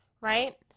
right